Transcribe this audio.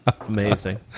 amazing